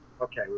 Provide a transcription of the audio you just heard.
Okay